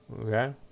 okay